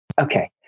Okay